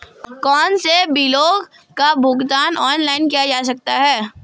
कौनसे बिलों का भुगतान ऑनलाइन किया जा सकता है?